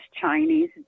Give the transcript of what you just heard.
Chinese